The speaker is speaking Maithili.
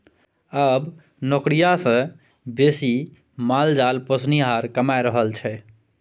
आब नौकरिया सँ बेसी माल जाल पोसनिहार कमा रहल छै